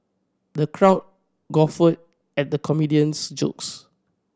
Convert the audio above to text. the crowd guffawed at the comedian's jokes